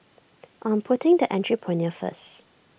I'm putting the Entrepreneur First